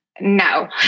No